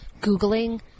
Googling